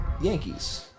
Yankees